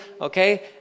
okay